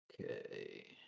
okay